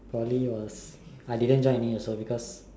Poly was I didn't join any also because